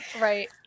right